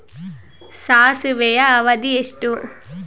ಸಾಸಿವೆಯ ಅವಧಿ ಎಷ್ಟು?